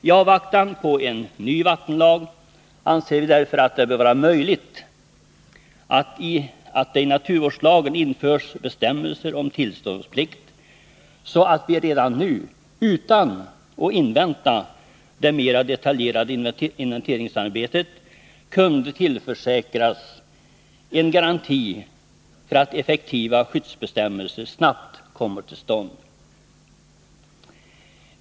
I avvaktan på en ny vattenlag anser vi därför att det bör vara möjligt att det i naturvårdslagen införs bestämmelser om tillståndsplikt, så att vi redan nu — utan att invänta det mera detaljerade inventeringsarbetet — kunde tillförsäkras en garanti för att effektiva skyddsbestämmelser snabbt kommer till stånd.